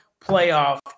playoff